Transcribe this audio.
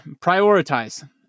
prioritize